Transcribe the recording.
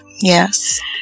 yes